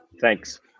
Thanks